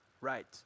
right